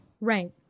Right